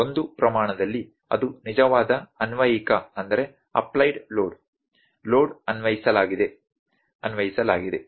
ಒಂದು ಪ್ರಮಾಣದಲ್ಲಿ ಅದು ನಿಜವಾದ ಅನ್ವಯಿಕ ಲೋಡ್ ಲೋಡ್ ಅನ್ವಯಿಸಲಾಗಿದೆ ಉಲ್ಲೇಖ ಸಮಯ 4322 ಅನ್ವಯಿಸಲಾಗಿದೆ